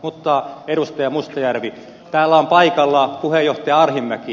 mutta edustaja mustajärvi täällä on paikalla puheenjohtaja arhinmäki